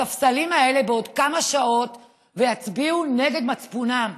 בספסלים האלה, בעוד כמה שעות ויצביעו נגד מצפונם.